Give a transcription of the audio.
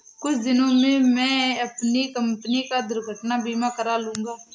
कुछ दिनों में मैं अपनी कंपनी का दुर्घटना बीमा करा लूंगा